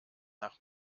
nach